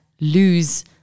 lose